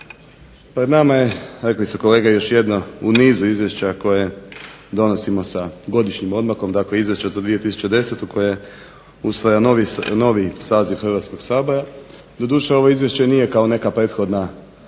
Pred nama je, rekli su kolege, još jedno u nizu izvješća koje donosimo sa godišnjim odmakom, dakle Izvješće za 2010. koje usvaja novi saziv Hrvatskog sabora. Doduše ovo izvješće nije kao neka prethodna,